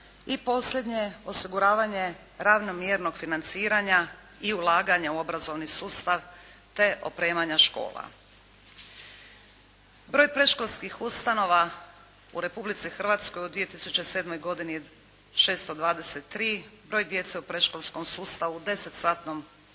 I posljednje, osiguravanje ravnomjernog financiranja i ulaganja u obrazovni sustav, te opremanja škola. Broj predškolskih ustanova u Republici Hrvatskoj u 2007. je 623, broj djece u predškolskom sustavu, desetsatnom